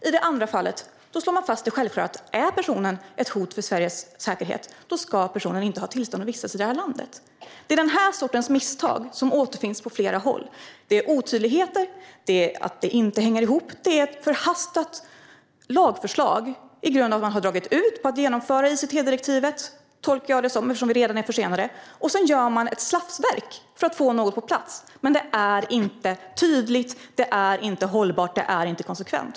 I det andra fallet slår man fast det självklara att om personen är ett hot mot Sveriges säkerhet ska personen inte ha tillstånd att vistas i landet. Det är den här sortens misstag som återfinns på flera håll. Det är otydligheter, och det hänger inte ihop. Det är ett förhastat lagförslag på grund av att man har dragit ut på att genomföra ICT-direktivet. Det tolkar jag det som, eftersom vi redan är försenade. Sedan gör man ett slafsverk för att få något på plats. Men det är inte tydligt, hållbart eller konsekvent.